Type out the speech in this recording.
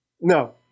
No